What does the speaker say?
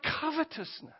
covetousness